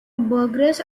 burgess